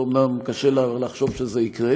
אומנם קשה לחשוב שזה יקרה